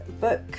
book